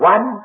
One